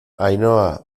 ainhoa